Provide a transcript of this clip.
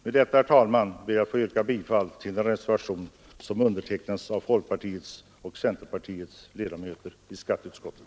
Med detta, herr talman, ber jag att få yrka bifall till den reservation som undertecknats av folkpartiets och centerpartiets ledamöter i skatteutskottet.